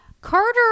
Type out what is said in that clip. Carter